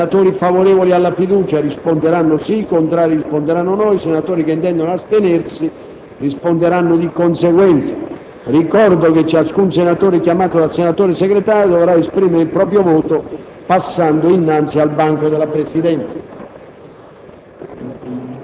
I senatori favorevoli alla fiducia risponderanno sì; i senatori contrari risponderanno no; i senatori che intendono astenersi risponderanno di conseguenza. Ricordo che ciascun senatore chiamato dal senatore segretario dovrà esprimere il proprio voto passando innanzi al banco della Presidenza.